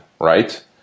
right